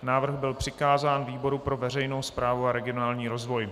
Návrh byl přikázán výboru pro veřejnou správu a regionální rozvoj.